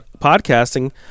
podcasting